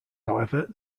however